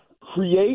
create